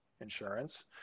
insurance